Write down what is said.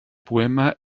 poema